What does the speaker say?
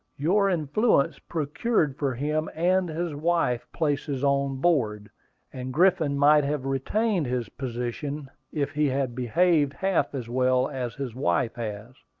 your influence procured for him and his wife places on board and griffin might have retained his position, if he had behaved half as well as his wife has.